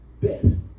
best